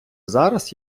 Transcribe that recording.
зараз